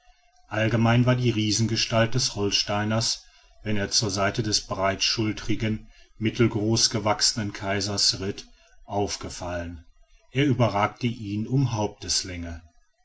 allgemein war die riesengestalt des holsteiners wenn er zur seite des breitschulterigen mittelgroß gewachsenen kaisers ritt aufgefallen er überragte ihn um